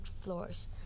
floors